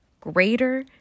greater